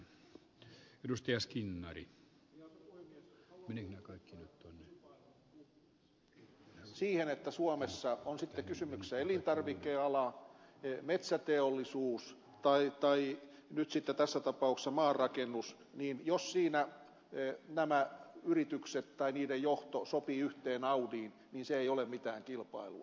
haluan puuttua tähän kilpailuun puuttumiseen siihen että jos suomessa on sitten kysymyksessä elintarvikeala metsäteollisuus tai niin kuin nyt sitten tässä tapauksessa maarakennus mihin jos siinä ei nämä yritykset näiden yritysten johto sopii yhteen audiin niin se ei ole mitään kilpailua